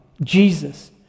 Jesus